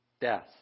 death